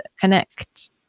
connect